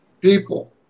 people